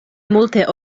multe